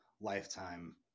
lifetime